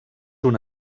una